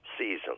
season